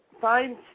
Find